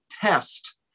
test